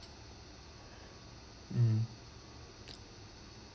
um